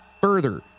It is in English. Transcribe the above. Further